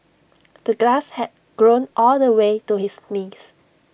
the glass had grown all the way to his knees